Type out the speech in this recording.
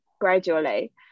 gradually